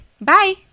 bye